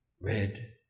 Red